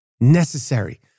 necessary